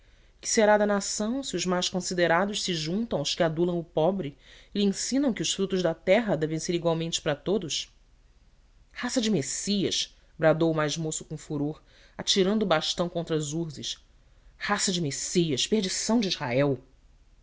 que será da nação se os mais considerados se juntam aos que adulam o pobre e lhe ensinam que os frutos da terra devem ser igualmente para todos raça de messias bradou o mais moço com furor atirando o bastão contra as urzes raça de messias perdição de israel